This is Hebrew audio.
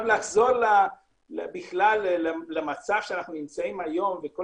נחזור למצב שבו אנחנו נמצאים היום וכל